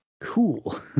cool